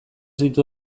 ditu